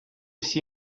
всі